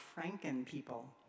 Franken-people